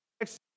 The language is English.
Next